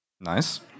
Nice